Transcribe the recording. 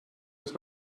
ist